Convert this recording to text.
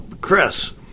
Chris